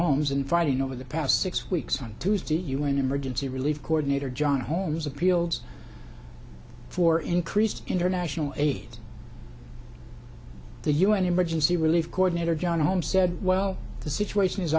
homes in fighting over the past six weeks on tuesday u n emergency relief coordinator john holmes appealed for increased international aid the u n emergency relief coordinator john holmes said well the situation is